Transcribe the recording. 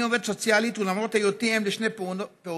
אני עובדת סוציאלית, ולמרות היותי אם לשני פעוטות,